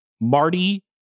Marty